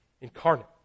Incarnate